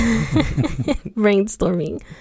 brainstorming